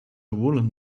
woollen